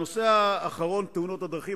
הנושא האחרון, תאונות הדרכים.